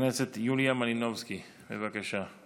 חברת הכנסת עאידה תומא סלימאן, בבקשה,